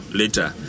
later